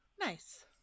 Nice